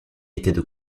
étaient